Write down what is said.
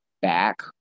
back